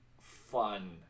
fun